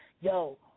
Yo